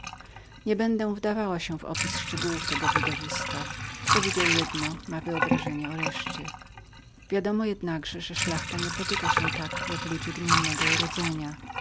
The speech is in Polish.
nie będę wdawała się w opisy szczegółów tego widowiska kto widział jedno ma wyobrażenie o reszcie wiadomo jednakże że szlachta nie potyka się tak jak ludzie gminnego urodzenia